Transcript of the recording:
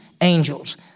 angels